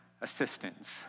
assistance